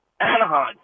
Anaheim